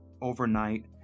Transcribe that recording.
overnight